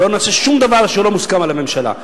לא נעשה שום דבר שהוא לא מוסכם על הממשלה,